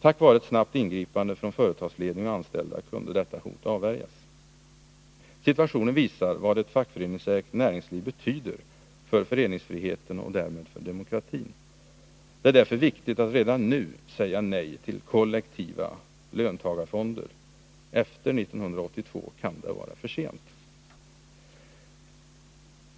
Tack vare ett snabbt ingripande från företagsledning och anställda kunde detta hot avvärjas. Situationen visar vad ett fackföreningsägt näringsliv betyder för föreningsfriheten och därmed för demokratin. Det är därför viktigt att redan nu säga nej till kollektiva löntagarfonder. Efter 1982 kan det vara för sent.